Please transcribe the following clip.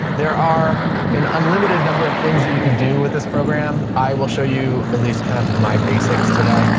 there are an unlimited number of things that you can do with this program. i will show you at least kind of my basics today.